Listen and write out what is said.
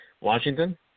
Washington